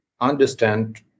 understand